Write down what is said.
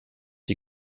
die